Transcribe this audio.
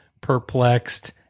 perplexed